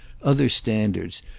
other standards,